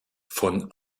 von